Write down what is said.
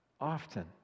often